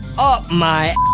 up my